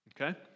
okay